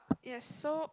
yes so